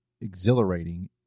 exhilarating